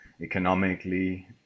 economically